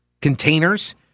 containers